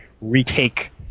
retake